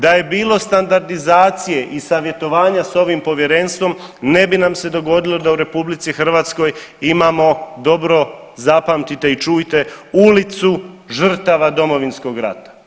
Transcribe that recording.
Da je bilo standardizacije i savjetovanja s ovim povjerenstvom ne bi nam se dogodilo da u RH imamo, dobro zapamtite i čujte, Ulicu žrtava Domovinskog rata.